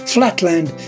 Flatland